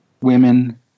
women